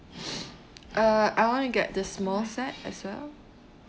uh I want to get the small set as well